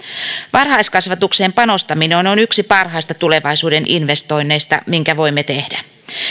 varhaiskasvatukseen panostaminen on on yksi parhaista tulevaisuuden investoinneista minkä voimme tehdä